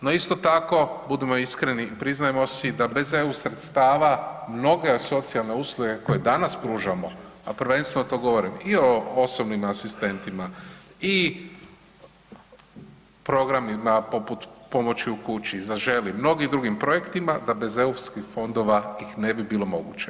No isto tako, budimo iskreni i priznajmo si da bez eu sredstava mnoge socijalne usluge koje danas pružamo, a prvenstveno to govorim i o osobnim asistentima i programima poput pomoći u kući „Zaželi“, mnogim drugim projektima da bez eu fondova ih ne bi bilo moguće.